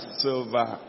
silver